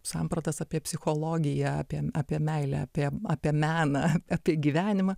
sampratas apie psichologiją apie apie meilę apie apie meną apie gyvenimą